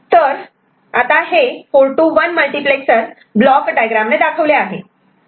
तर हे 4 to 1 multiplexer block diagram ने दाखवले आहे